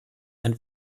ein